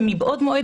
מבעוד מועד,